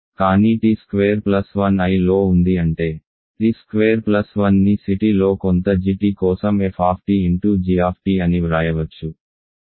కానీ t square plus 1 I లో ఉంది అంటే t స్క్వేర్ ప్లస్ 1ని C t లో కొంత g t కోసం f g అని వ్రాయవచ్చు